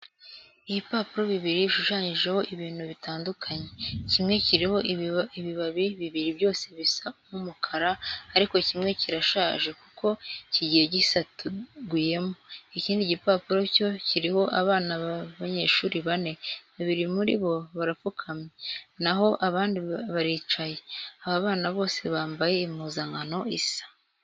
Ibipapuro bibiri bishushanyijeho ibintu bitandukanye, kimwe kiriho ibibabi bibiri byose bisa nk'umukara ariko kimwe kirashaje kuko kigiye gisataguyemo, ikindi gipapuro cyo kiriho abana b'abanyeshuri bane, babiri muri bo barapfufukamye, na ho abandi baricaye. Aba bana bose bambaye impuzankano isa.